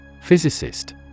Physicist